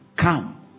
come